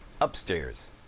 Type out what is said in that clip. upstairs